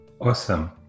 Awesome